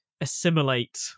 assimilate